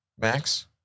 Max